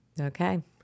Okay